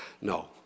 No